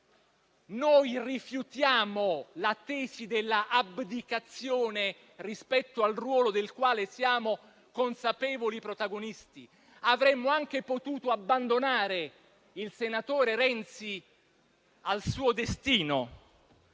noi rifiutiamo la tesi dell'abdicazione rispetto al ruolo del quale siamo consapevoli protagonisti. Avremmo anche potuto abbandonare il senatore Renzi al suo destino.